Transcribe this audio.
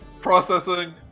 Processing